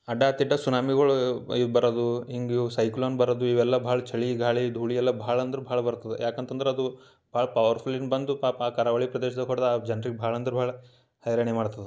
ಅಡ್ಡ ತಿಡ್ಡ ಸುನಾಮಿಗಳು ಬರೋದು ಹಿಂಗೆ ಇವು ಸೈಕ್ಲೋನ್ ಬರೋದು ಇವೆಲ್ಲ ಭಾಳ ಚಳಿ ಗಾಳಿ ಧೂಳು ಎಲ್ಲ ಭಾಳ ಅಂದ್ರೆ ಭಾಳ ಬರ್ತದೆ ಯಾಕಂತಂದ್ರೆ ಅದು ಭಾಳ ಪವರ್ ಫುಲಿಂದ್ ಬಂದು ಪಾಪ ಆ ಕರಾವಳಿ ಪ್ರದೇಶ್ದಾಗ ಹೊಡೆದ ಆ ಜನ್ರಿಗೆ ಭಾಳ ಅಂದ್ರೆ ಭಾಳ ಹೈರಾಣಿ ಮಾಡ್ತದೆ